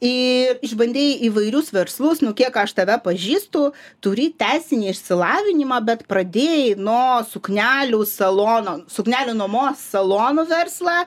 ir išbandei įvairius verslus nu kiek aš tave pažįstu turi teisinį išsilavinimą bet pradėjai nuo suknelių salono suknelių nuomos salonų verslą